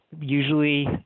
usually